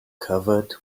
covered